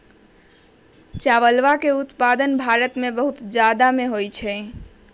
चावलवा के उत्पादन भारत में बहुत जादा में होबा हई